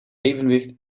evenwicht